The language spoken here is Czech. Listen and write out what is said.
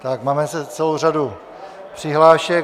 Tak mám zase celou řadu přihlášek.